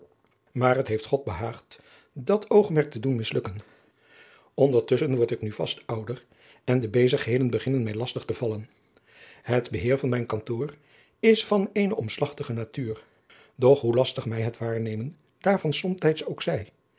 maar het heeft god behaagd dat oogmerk te doen mislukken ondertusschen wordt ik nu vast ouder en de bezigheden beginnen mij lastig te vallen het beheer van mijn kantoor is van eene omslagtige natuur doch hoe lastig mij het waarnemen daarvan somtijds ook zij